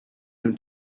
him